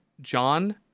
John